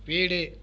வீடு